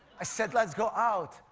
i said let's go out.